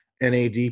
NAD